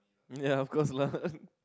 ya of course lah